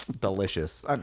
Delicious